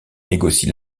négocie